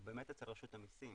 הוא באמת אצל רשות המסים,